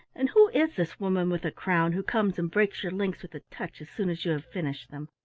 and who is this woman with a crown who comes and breaks your links with a touch as soon as you have finished them?